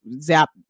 Zap